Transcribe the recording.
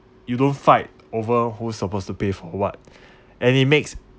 you don't fight over who's supposed to pay for what and it makes